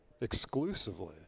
exclusively